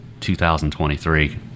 2023